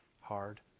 hard